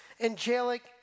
angelic